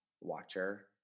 watcher